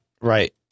Right